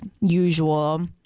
usual